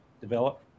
develop